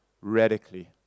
radically